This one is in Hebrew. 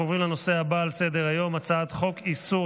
אנחנו עוברים לנושא הבא על סדר-היום: הצעת חוק איסור